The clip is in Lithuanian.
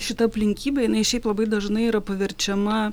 šita aplinkybė jinai šiaip labai dažnai yra paverčiama